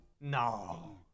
No